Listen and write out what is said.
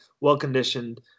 well-conditioned